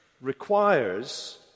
requires